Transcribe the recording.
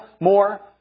more